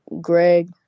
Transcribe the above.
Greg